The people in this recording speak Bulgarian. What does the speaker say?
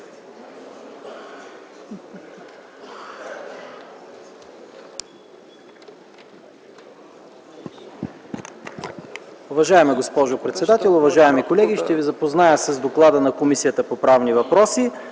Уважаема госпожо председател, уважаеми колеги! Ще ви запозная с доклада на Комисията по правни въпроси: